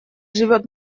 живет